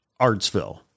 Artsville